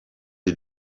des